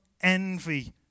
envy